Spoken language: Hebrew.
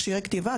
מכשירי כתיבה,